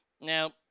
Now